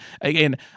again